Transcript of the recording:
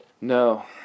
No